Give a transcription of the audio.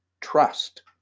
trust